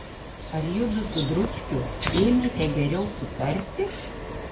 ar judu su dručkiu ėmėte geriau sutarti